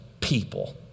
people